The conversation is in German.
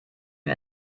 wir